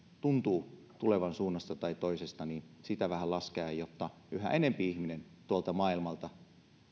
tuntuu tulevan suunnasta tai toisesta vähän laskea jotta yhä enempi ihminen tuolta maailmalta